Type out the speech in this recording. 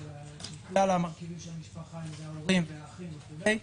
לכלל המשפחה, להורים ולאחים ולילדים.